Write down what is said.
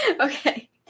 Okay